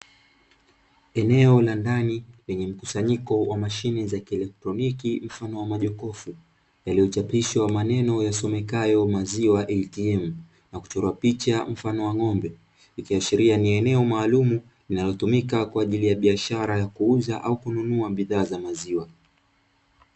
Eneo la ndani lenye mkusanyiko ya kielectroniki mfano wa majokofu yaliochapishwa maneno yasomekanayo maziwa "ATM", na kuchorwa picha mfano wa ng’ombe ikiashiria, ni eneo maalumu linalotumika kwaajili ya biashara ya kuuza au kununua bidhaa za maziwa.